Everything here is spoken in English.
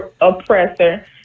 oppressor